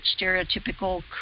stereotypical